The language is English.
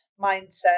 mindset